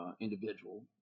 individual